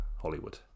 Hollywood